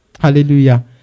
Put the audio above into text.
Hallelujah